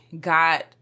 got